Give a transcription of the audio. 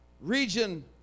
region